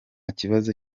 kibazo